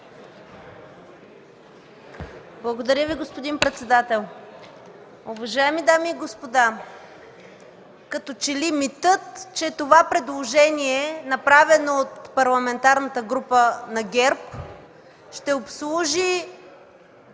Благодаря Ви, господин председател.